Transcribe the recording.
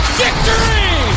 victory